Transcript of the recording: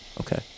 okay